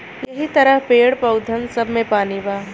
यहि तरह पेड़, पउधन सब मे पानी बा